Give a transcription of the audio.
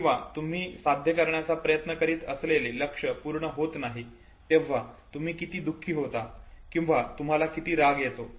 किंवा जेव्हा तुम्ही साध्य करण्याचा प्रयत्न करीत असलेले लक्ष्य पूर्ण होत नाही तेव्हा तुम्ही किती दुःखी होता किंवा तुम्हाला किती राग येतो